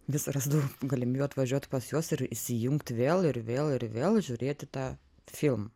vis rasdavau galimybių atvažiuoti pas juos ir įsijungt vėl ir vėl ir vėl žiūrėti tą filmą